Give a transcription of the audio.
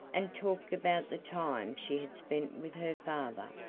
and talked about the time she had spent with her father,